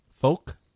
Folk